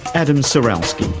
adam ciralsky,